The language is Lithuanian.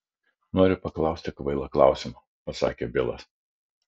noriu paklausti kvailą klausimą pasakė bilas